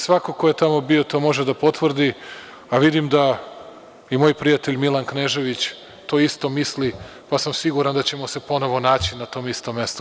Svako ko je tamo bio to može da potvrdi, a vidim da i moj prijatelj Milan Knežević to isto misli, pa sam siguran da ćemo se ponovo naći na tom istom mestu.